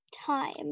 time